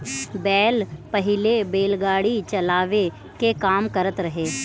बैल पहिले बैलगाड़ी चलावे के काम करत रहे